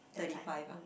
thirty five ah